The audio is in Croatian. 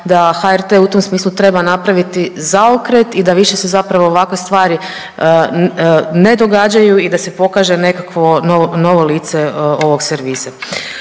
da HRT u tom smislu treba napraviti zaokret i da više se zapravo ovakve stvari ne događaju i da se pokaže nekakvo novo lice ovog servisa.